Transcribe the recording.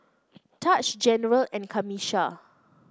Taj General and Camisha